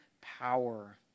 power